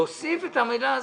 להוסיף את המילה הזאת?